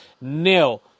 nil